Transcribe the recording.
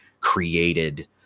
created